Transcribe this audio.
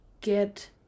get